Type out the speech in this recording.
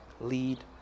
lead